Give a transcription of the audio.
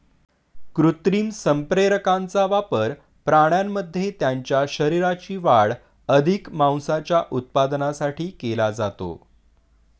कृत्रिम संप्रेरकांचा वापर प्राण्यांमध्ये त्यांच्या शरीराची वाढ अधिक मांसाच्या उत्पादनासाठी केला जातो